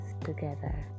together